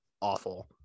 awful